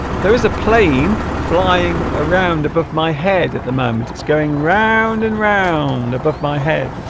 there is a plane flying around above my head at the moment it's going round and round above my head